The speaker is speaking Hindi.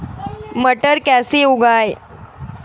मटर कैसे उगाएं?